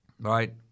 Right